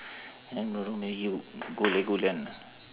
then don't know maybe go legoland lah